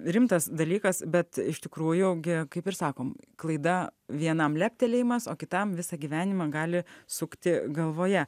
rimtas dalykas bet iš tikrųjų gi kaip ir sakom klaida vienam leptelėjimas o kitam visą gyvenimą gali sukti galvoje